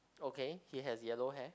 okay he has yellow hair